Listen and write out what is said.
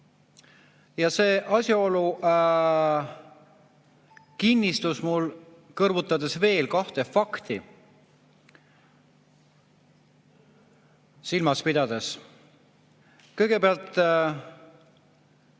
Ja see asjaolu kinnistus mul veel kahte fakti silmas pidades. Kõigepealt,